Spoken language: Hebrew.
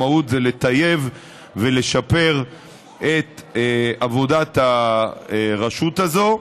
המהות זה לטייב ולשפר את עבודת הרשות הזאת,